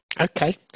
Okay